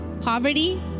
poverty